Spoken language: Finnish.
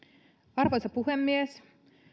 arvoisa puhemies